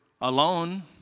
alone